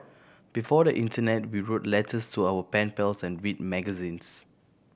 before the internet we wrote letters to our pen pals and read magazines